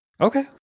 Okay